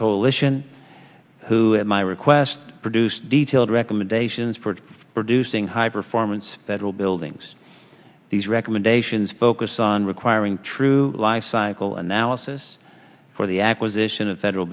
coalition who at my request produce detailed recommendations for producing high performance that will buildings these recommendations focus on requiring true life cycle analysis for the acquisition of federal